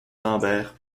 lambert